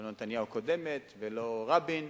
ולא נתניהו הקודמת ולא רבין.